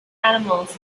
animals